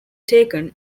taken